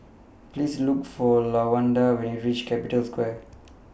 Please Look For Lawanda when YOU REACH Capital Square